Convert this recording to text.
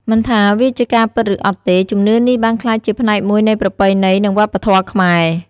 មិនថាវាជាការពិតឬអត់ទេ ជំនឿនេះបានក្លាយជាផ្នែកមួយនៃប្រពៃណីនិងវប្បធម៌ខ្មែរ។